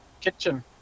kitchen